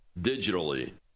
digitally